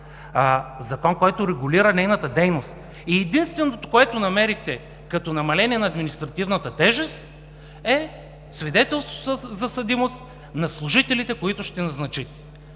закон, който регулира нейната дейност. И единственото, което намерихте като намаление на административната тежест, е свидетелството за съдимост на служителите, които ще назначите.